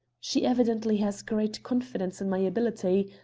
she evidently has great confidence in my ability.